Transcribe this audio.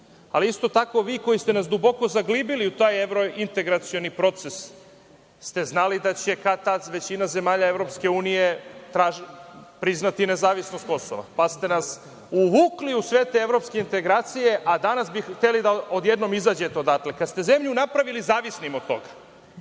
ali isto tako vi koji ste nas duboko zaglibili u taj evrointegracioni proces, ste znali da će kad tad većina zemalja EU priznati nezavisnost Kosova, pa ste nas uvukli u sve te evropske integracije, a danas bi hteli da odjednom izađete odatle, kad ste zemlju napravili zavisnom od toga.